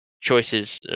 choices